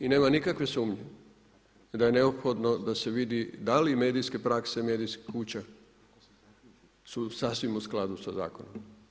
I nema nikakve sumnje i da je neophodno, da se vidi, da li medijske prakse i medijske kuće su sasvim u skladu sa zakonom.